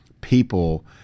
people